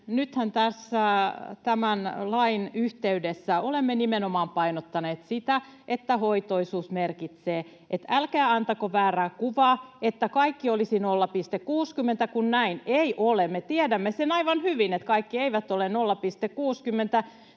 tämän lain yhteydessä olemme nimenomaan painottaneet sitä, mitä hoitoisuus merkitsee. Älkää antako väärää kuvaa, että kaikki olisivat 0,60, kun näin ei ole. Me tiedämme sen aivan hyvin, että kaikki eivät ole 0,60.